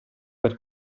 per